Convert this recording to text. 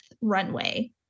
runway